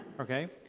ok.